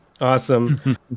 Awesome